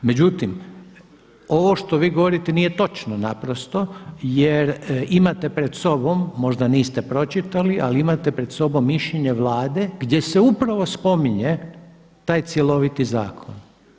Međutim, ovo što vi govorite nije točno naprosto jer imate pred sobom, možda niste pročitali ali imate pred sobom mišljenje Vlade gdje se upravo spominje taj cjeloviti zakon.